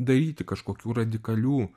daryti kažkokių radikalių